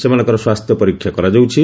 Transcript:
ସେମାନଙ୍କର ସ୍ୱାସ୍ଥ୍ୟ ପରୀକ୍ଷା କରାଯାଉଛି